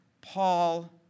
Paul